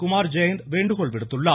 குமார் ஜெயந்த் வேண்டுகோள் விடுத்துள்ளார்